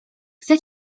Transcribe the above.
chcę